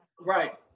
Right